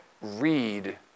read